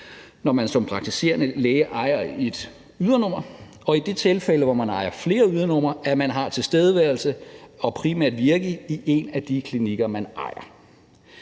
når man som praktiserende læge ejer et ydernummer, og i det tilfælde, hvor man ejer flere ydernumre, skal man have tilstedeværelse og primært virke i en af de klinikker, man ejer.